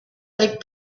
avec